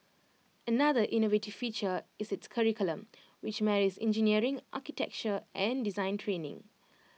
another innovative feature is its curriculum which marries engineering architecture and design training